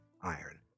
Iron